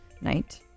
night